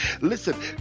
Listen